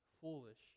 foolish